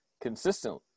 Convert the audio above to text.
consistent